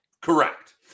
Correct